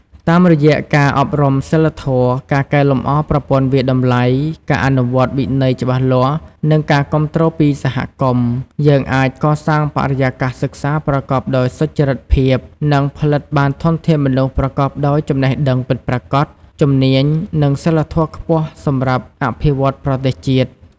តាមរយៈការអប់រំសីលធម៌ ការកែលម្អប្រព័ន្ធវាយតម្លៃ ការអនុវត្តវិន័យច្បាស់លាស់ និងការគាំទ្រពីសហគមន៍ យើងអាចកសាងបរិយាកាសសិក្សាប្រកបដោយសុចរិតភាព និងផលិតបានធនធានមនុស្សប្រកបដោយចំណេះដឹងពិតប្រាកដ ជំនាញ និងសីលធម៌ខ្ពស់សម្រាប់អភិវឌ្ឍប្រទេសជាតិ។